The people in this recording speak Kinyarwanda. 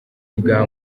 bwa